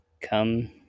come